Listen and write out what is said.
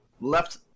Left